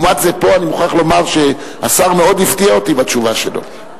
לעומת זאת פה אני מוכרח לומר שהשר מאוד הפתיע אותי בתשובה שלו.